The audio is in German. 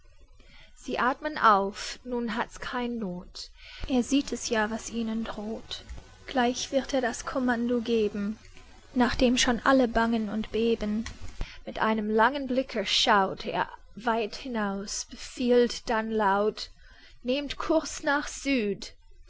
sie athmen auf nun hat's kein noth er sieht es ja was ihnen droht gleich wird er das kommando geben nach dem schon alle bangen und beben mit einem langen blicke schaut er weit hinaus befiehlt dann laut nehmt kurs nach süd